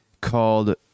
called